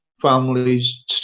families